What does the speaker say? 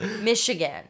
michigan